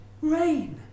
rain